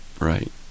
Right